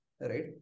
right